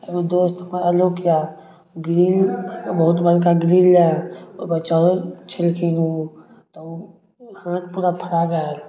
एगो दोस्त हमर आलोक यऽ ग्रिल बहुत बड़का ग्रिल यऽ ओहिपर चढ़ल छलखिन ओ तऽ हाथ पूरा फड़ा गेल